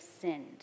sinned